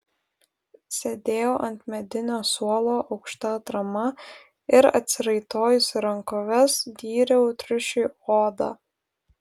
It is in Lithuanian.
sėdėjau ant medinio suolo aukšta atrama ir atsiraitojusi rankoves dyriau triušiui odą